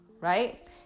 right